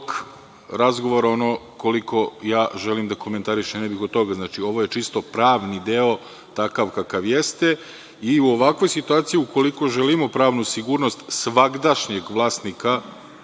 razgovora, ono koliko ja želim da komentarišem. Ovo je čisto pravni deo, takav kakav jeste i u ovakvoj situaciji, ukoliko želimo pravnu sigurnost svagdašnjeg vlasnika